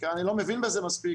אני לא מבין בזה מספיק,